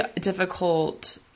difficult